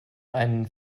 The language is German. einen